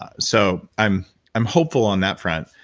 ah so i'm i'm hopeful on that front.